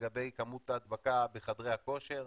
לגבי כמות ההדבקה בחדרי הכושר.